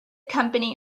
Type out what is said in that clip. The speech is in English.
company